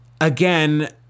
Again